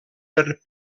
per